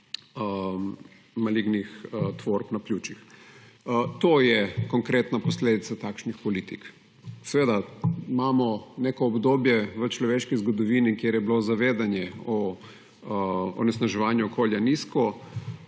malignih tvorb na pljučih. To je konkretno posledica takšnih politik. Seveda imamo neko obdobje v človeških zgodovini, kjer je bilo zavedanje o onesnaževanju okolja nizko,